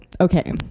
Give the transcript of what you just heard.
okay